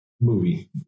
movie